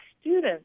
students